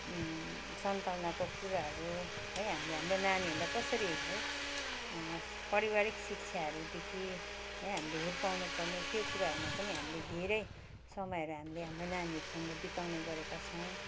सान्तवनाको कुराहरू है हामीले हाम्रो नानीहरूलाई कसरी है परिवारिक शिक्षाहरूदेखि है हामीले हुर्काउनु पर्ने त्यो कुराहरूमा पनि हामीले धेरै समयहरू हामीले हाम्रो नानीहरूसँग बिताउने गरेका छौँ